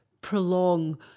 prolong